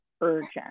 urgent